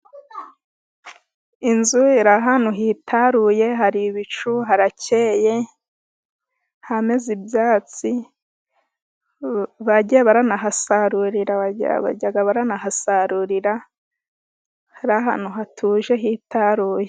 Inzu iri ahantu hitaruye, hari ibicu, harakeye, hameze ibyatsi. Bagiye baranahasarurira, bajya baranahasarurira. Ni ahantu hatuje hitaruye.